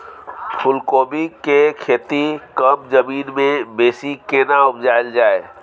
फूलकोबी के खेती कम जमीन मे बेसी केना उपजायल जाय?